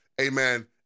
Amen